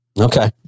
Okay